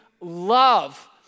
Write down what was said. love